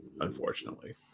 unfortunately